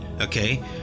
okay